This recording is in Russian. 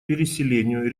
переселению